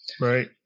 Right